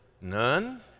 None